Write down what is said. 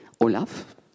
Olaf